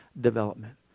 development